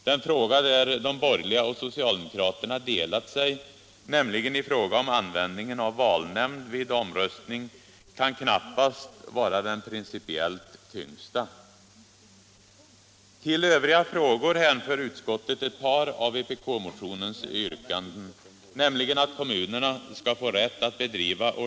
Den fråga där de borgerliga och socialdemokraterna delat sig, nämligen användningen av valnämnd vid omröstning, kan knappast vara den principiellt tyngsta.